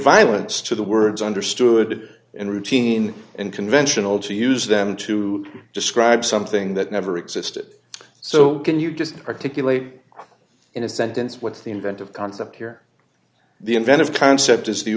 violence to the words understood and routine and conventional to use them to describe something that never existed so can you just articulate in a sentence what's the inventive concept here the inventive concept is the